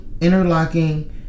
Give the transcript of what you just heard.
interlocking